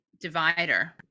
divider